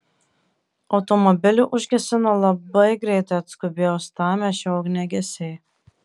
automobilį užgesino labai greitai atskubėję uostamiesčio ugniagesiai